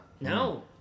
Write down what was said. No